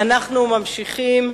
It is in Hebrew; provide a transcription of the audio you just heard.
אנחנו ממשיכים.